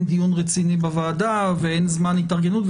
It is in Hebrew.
דיון רציני בוועדה ואין זמן התארגנות.